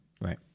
Right